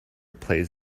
plays